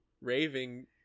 raving